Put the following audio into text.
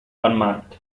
unmarked